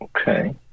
Okay